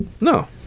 No